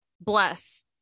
Bless